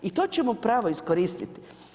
I to ćemo pravo iskoristiti.